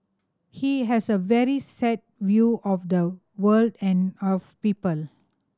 he has a very set view of the world and of people